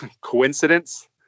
Coincidence